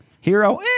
Hero